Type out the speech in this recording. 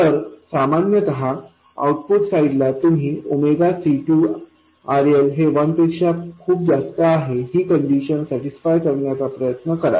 तर सामान्यत आउटपुट साईडला तुम्ही C2RL हे 1 पेक्षा खूप जास्त आहे ही कंडिशन सॅटिस्फाय करण्याचा प्रयत्न करा